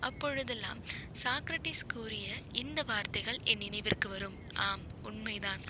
அப்பொழுதெல்லாம் சாக்ரட்டிஸ் கூறிய இந்த வார்த்தைகள் என் நினைவிற்கு வரும் ஆம் உண்மைதான்